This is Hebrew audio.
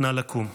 נא לקום.